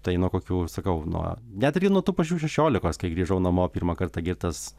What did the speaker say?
tai nuo kokių sakau nuo net irgi nuo tų pačių šešiolikos kai grįžau namo pirmą kartą girtas